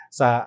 sa